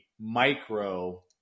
micro